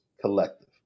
collective